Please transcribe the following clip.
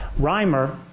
Reimer